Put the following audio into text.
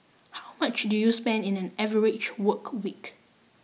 how much do you spend in an average work week